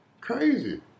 Crazy